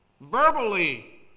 Verbally